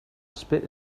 spit